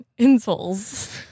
insoles